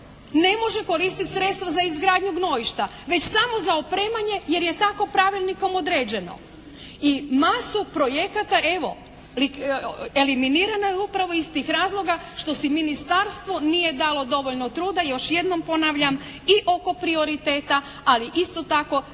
ne može koristiti sredstva za izgradnju gnojišta, već samo za opremanje jer je tako Pravilnikom određeno. I masu projekata evo eliminirano je upravo iz tih razloga što si ministarstvo nije dalo dovoljno truda. Još jednom ponavljam i oko prioriteta, ali isto tako